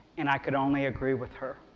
and i could only agree with her.